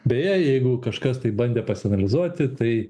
beje jeigu kažkas taip bandė pasianalizuoti tai